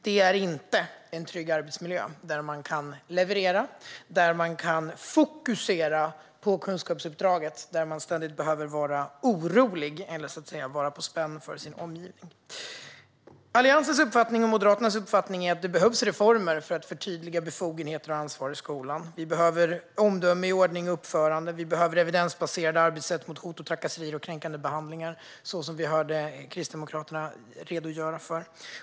Det är inte en trygg arbetsmiljö - där man kan leverera och där man kan fokusera på kunskapsuppdraget - när man ständigt behöver vara orolig eller vara på vakt i förhållande till sin omgivning. Alliansens och Moderaternas uppfattning är att det behövs reformer för att förtydliga befogenheter och ansvar i skolan. Vi behöver omdömen i ordning och uppförande. Vi behöver evidensbaserade arbetssätt när det gäller hot, trakasserier och kränkande behandlingar, som vi hörde Kristdemokraterna redogöra för.